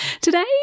Today